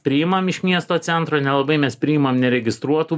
priimam iš miesto centro nelabai mes priimam neregistruotų